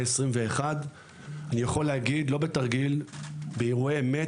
2021. אני יכול להגיד שבאירועי אמת,